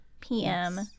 PM